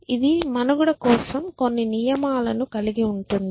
ఇది మనుగడ కోసం కొన్ని నియమాలను కలిగి ఉంటుంది